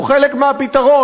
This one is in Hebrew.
הוא חלק מהפתרון,